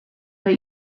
but